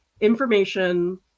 information